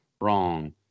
wrong